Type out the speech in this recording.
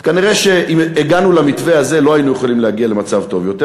אז כנראה אם הגענו למתווה הזה לא היינו יכולים להגיע למצב טוב יותר,